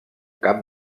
cap